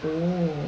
oo